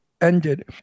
ended